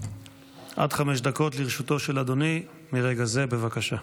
עד חמש דקות לרשותו של אדוני מרגע זה, בבקשה.